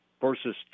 versus